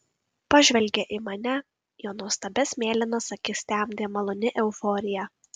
pažvelgė į mane jo nuostabias mėlynas akis temdė maloni euforija